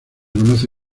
conoce